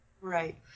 Right